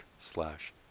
slash